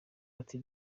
ati